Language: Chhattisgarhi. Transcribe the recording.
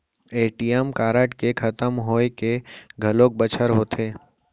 ए.टी.एम कारड के खतम होए के घलोक बछर होथे